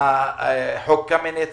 חוק קמיניץ,